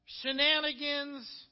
shenanigans